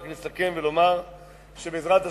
רק לסכם ולומר שבעזרת השם,